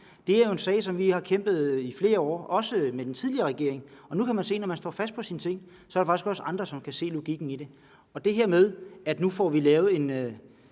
Det er jo en sag, som vi har kæmpet for i flere år også med den tidligere regering, og nu kan man se, at når man står fast på sine ting, er der faktisk også andre, som kan se logikken i det. Til det her med, at nu får vi lavet en